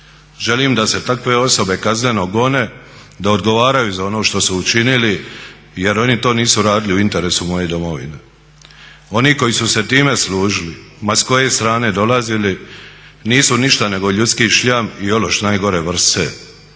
Želim da se takve osobe kazneno gone, da ogovaraju za ono što su učinili jer oni to nisu radili u interesu moje domovine. Oni koji su se time služili ma s koje strane dolazili nisu ništa nego ljudski šljam i ološ najgore vrste.